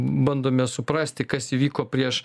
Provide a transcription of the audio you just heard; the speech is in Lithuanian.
bandome suprasti kas įvyko prieš